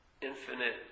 Infinite